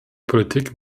politik